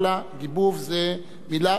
גיבוב זו מלה פרלמנטרית.